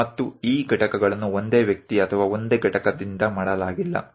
અને આ ભાગો ઘટકો પણ એક જ વ્યક્તિ અથવા એક જ એકમ દ્વારા બનાવવામાં આવ્યા ન હતા